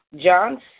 John